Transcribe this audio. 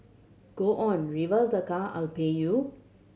go on reverse the car I'll pay you